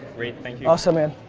great, thank you. awesome, man.